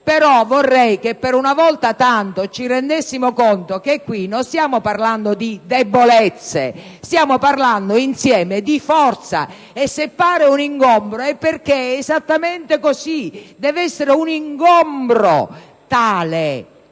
però vorrei che - per una volta - ci rendessimo conto che qui non stiamo parlando di debolezze, ma, insieme, di forza. E se questa appare come un ingombro è perché è esattamente così. Deve essere un ingombro tale